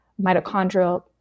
mitochondrial